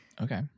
Okay